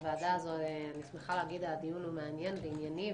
אני שמחה להגיד שהדיון הוא מעניין וענייני,